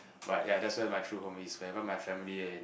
but ya that's why my true home is wherever my family in